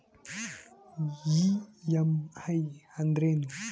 EMI ಅಂದ್ರೇನು?